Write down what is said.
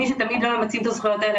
מי שתמיד לא ממצה את הזכויות האלה,